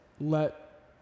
let